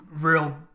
real